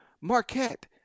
Marquette